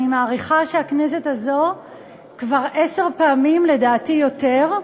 אני מעריכה שהכנסת הזו כבר עשר פעמים, לדעתי יותר,